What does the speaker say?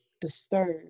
disturbed